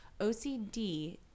OCD